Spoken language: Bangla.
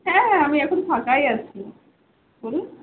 হ্যাঁ হ্যাঁ আমি এখন ফাঁকাই আছি বলুন